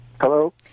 Hello